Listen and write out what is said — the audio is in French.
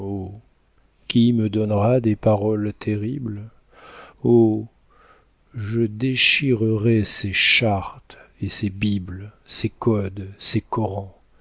qui me donnera des paroles terribles oh je déchirerai ces chartes et ces bibles ces codes ces korans